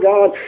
God